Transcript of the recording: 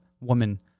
woman